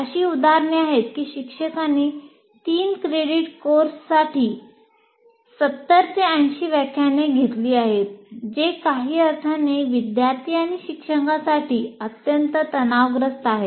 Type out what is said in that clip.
अशी उदाहरणे आहेत की शिक्षकांनी 3 क्रेडिट कोर्ससाठी 70 80 व्याख्याने घेतली आहेत जे काही अर्थाने विद्यार्थी आणि शिक्षकांसाठी अत्यंत तणावग्रस्त आहेत